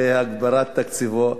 בהגברת תקציבו.